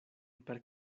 per